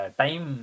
time